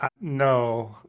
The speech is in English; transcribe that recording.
No